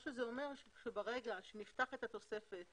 זה אומר שברגע שנפתחת התוספת